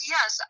Yes